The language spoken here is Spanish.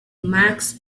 max